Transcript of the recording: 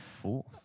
fourth